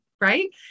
right